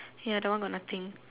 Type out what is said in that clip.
ya the one got nothing